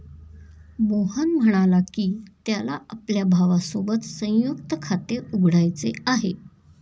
मोहन म्हणाला की, त्याला आपल्या भावासोबत संयुक्त खाते उघडायचे आहे